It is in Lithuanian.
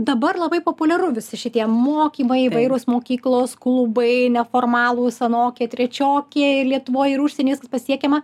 dabar labai populiaru visi šitie mokymai įvairios mokyklos klubai neformalūs anokie trečiokie lietuvoj ir užsienyj viskas pasiekiama